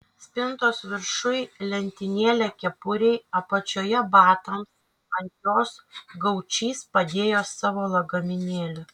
spintos viršuj lentynėlė kepurei apačioje batams ant jos gaučys padėjo savo lagaminėlį